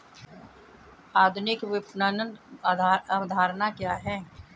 आधुनिक विपणन अवधारणा क्या है?